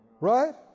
Right